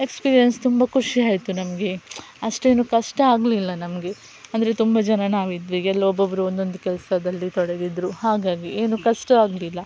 experience ತುಂಬ ಖುಷಿ ಆಯ್ತು ನಮಗೆ ಅಷ್ಟೇನು ಕಷ್ಟ ಆಗಲಿಲ್ಲ ನಮಗೆ ಅಂದರೆ ತುಂಬ ಜನ ನಾವಿದ್ವಿ ಎಲ್ಲ ಒಬ್ಬೊಬ್ಬರು ಒಂದೊಂದು ಕೆಲಸದಲ್ಲಿ ತೊಡಗಿದರು ಹಾಗಾಗಿ ಏನು ಕಷ್ಟ ಆಗಲಿಲ್ಲ